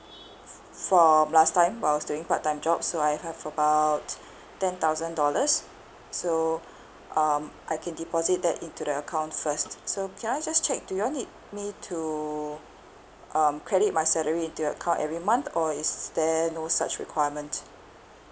from last time while I was doing part time job so I have about ten thousand dollars so um I can deposit that into the account first so can I just check do you all need me to um credit my salary into your account every month or is there no such requirement